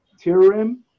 theorem